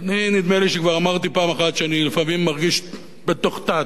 נדמה לי שכבר אמרתי פעם אחת שאני לפעמים מרגיש בתוך תעתוע.